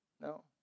No